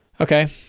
Okay